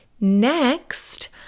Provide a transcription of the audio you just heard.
Next